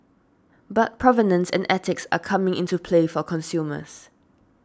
but provenance and ethics are coming into play for consumers